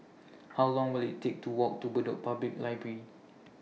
How Long Will IT Take to Walk to Bedok Public Library